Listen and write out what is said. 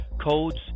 codes